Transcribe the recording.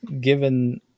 given